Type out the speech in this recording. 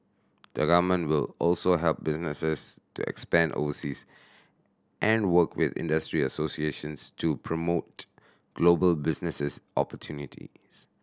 the Government will also help businesses to expand overseas and work with industry associations to promote global businesses opportunities